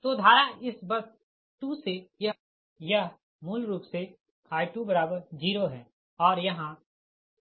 तो धारा इस बस 2 से यह मूल रूप से I20 है और यहाँ I11 है